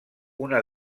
una